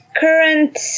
current